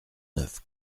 neuf